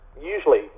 Usually